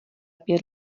pět